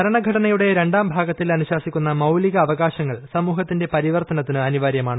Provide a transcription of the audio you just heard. ഭരണഘടനയുടെ രണ്ടാം ഭാഗത്തിൽ അനുശാസിക്കുന്ന മൌലിക അവകാശങ്ങൾ സമൂഹത്തിന്റെ പരിവർത്തനത്തിന് അനിവാര്യമാണ്